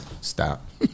Stop